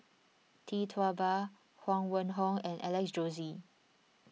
Tee Tua Ba Huang Wenhong and Alex Josey